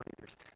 readers